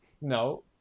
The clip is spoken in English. No